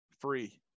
free